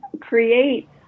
create